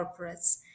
corporates